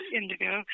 Indigo